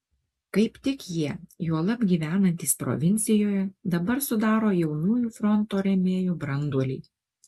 kaip tik jie juolab gyvenantys provincijoje dabar sudaro jaunųjų fronto rėmėjų branduolį